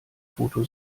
foto